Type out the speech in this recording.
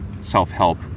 self-help